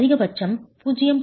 அதிகபட்சம் 0